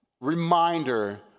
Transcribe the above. reminder